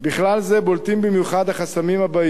בכלל זה בולטים במיוחד החסמים הבאים: